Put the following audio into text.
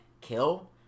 kill